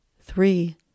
three